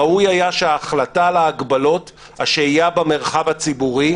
ראוי היה שההחלטה על הגבלות השהייה במרחב הציבורי,